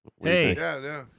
Hey